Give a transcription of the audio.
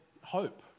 hope